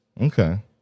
Okay